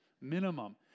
minimum